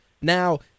Now